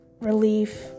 relief